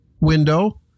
window